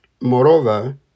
Moreover